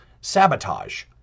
sabotage